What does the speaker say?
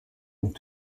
und